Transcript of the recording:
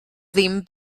ddim